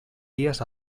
dies